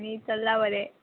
आनी चल्ला बरें